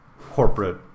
corporate